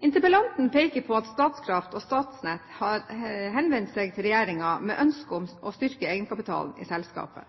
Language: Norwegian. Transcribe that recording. interpellanten. Interpellanten peker på at Statkraft og Statnett har henvendt seg til regjeringen med ønske om å styrke egenkapitalen i selskapet.